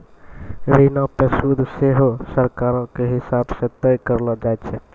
ऋणो पे सूद सेहो सरकारो के हिसाब से तय करलो जाय छै